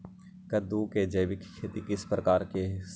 कददु के जैविक खेती किस प्रकार से होई?